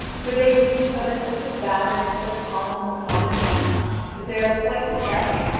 for they give each other such a battering with their pommels upon the helmets that they are quite stunned,